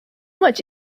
much